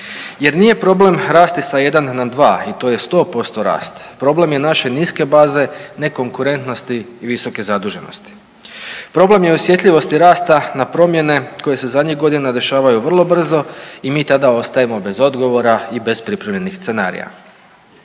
jer nije problem rasti sa jedan na dva i to je 100% rast. Problem je naše niske baze, nekonkurentnosti i visoke zaduženosti. problem je i u osjetljivosti rasta na promjene koje se zadnjih godina dešavaju vrlo brzo i mi tada ostajemo bez odgovora i bez pripremljenih scenarija.